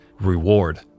reward